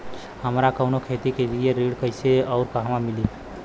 हमरा कवनो खेती के लिये ऋण कइसे अउर कहवा मिली?